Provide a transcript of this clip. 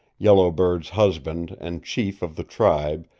yellow bird's husband and chief of the tribe,